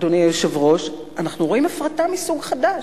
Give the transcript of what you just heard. אדוני היושב-ראש, אנחנו רואים הפרטה מסוג חדש.